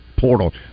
portal